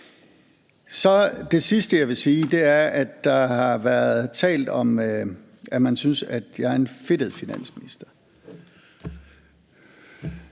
Det sidste, jeg vil sige, er, at der har været talt om, at man synes, at jeg er en fedtet finansminister.